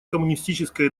коммунистической